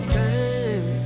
time